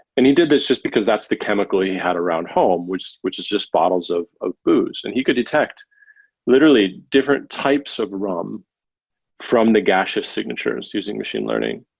and he did this just because that's the chemical he had around home, which which is just bottles of of booze. and he could detect literally different types of rum from the gaseous signatures using machine learning,